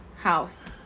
House